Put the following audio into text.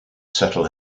settle